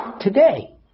today